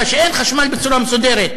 כי אין חשמל בצורה מסודרת.